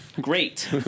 Great